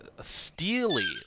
steely